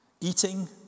Eating